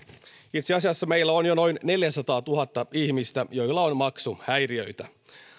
itse asiassa meillä on jo noin neljäsataatuhatta ihmistä joilla on maksuhäiriöitä